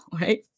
right